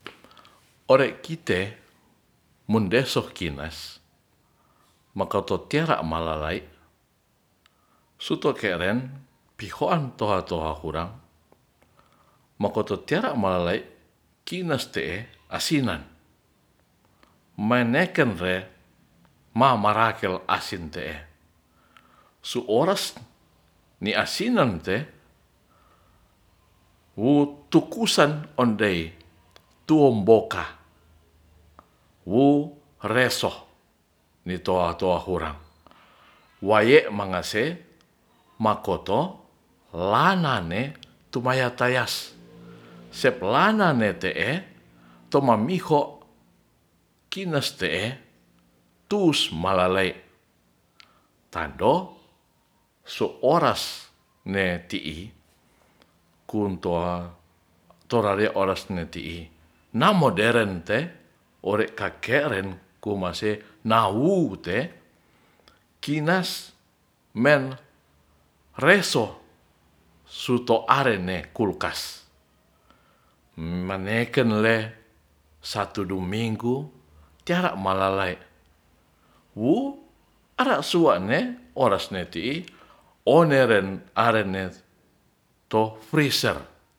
Ore kite mundeso kinas mokoro tera malalai suto keren pihoan toa-toa hurang mokoto tera malai kinas te'e asinan meneken re ma marakel asin te e su oras ni asinante wutukusan ondei tuom boka wo reseoh ni toa toa hurang, waye mangase makoto lanane tumaya tayas sep lana ne t e to mamiho kinas te e tus malaei tanto su oras ne ti'i kuntoa torario oras ne ti'i namoderen te ore kakeren kumase naute kinas mer reso suto arene kulkas maneken le satu dominggu tea malalae wu ara euane oras ne ti i oneren arene to freser